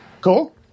Cool